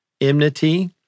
enmity